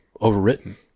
overwritten